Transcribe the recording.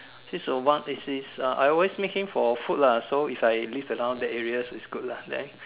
since awhile is is uh I always meet him for food lah so if I leave around that area is good lah then